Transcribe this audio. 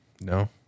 No